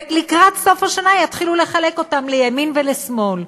ולקראת סוף השנה יתחילו לחלק אותם לימין ולשמאל.